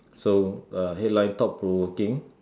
so uh headline thought provoking